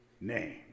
name